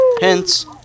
Hence